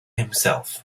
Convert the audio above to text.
himself